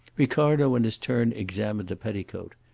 ricardo in his turn examined the petticoat.